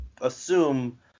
Assume